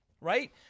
right